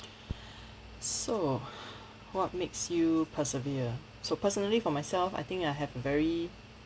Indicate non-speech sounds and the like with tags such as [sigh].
so [breath] what makes you persevere so personally for myself I think I have a very